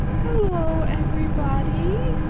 hello, everybody,